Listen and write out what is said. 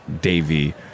Davey